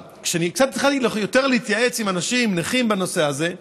שהתחלתי להתייעץ עם אנשים נכים בנושא הזה,